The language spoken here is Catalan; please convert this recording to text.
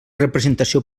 representació